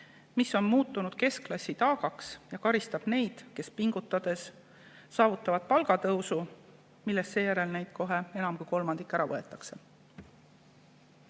mis on muutunud keskklassi taagaks ja karistab neid, kes pingutades saavutavad palgatõusu, millest seejärel neilt kohe enam kui kolmandik ära võetakse.